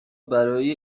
برای